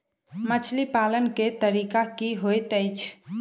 मछली पालन केँ तरीका की होइत अछि?